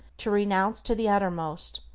to renounce to the uttermost,